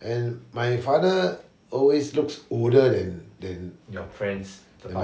then my father always looks older than than my